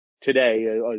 today